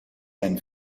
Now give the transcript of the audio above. and